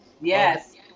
Yes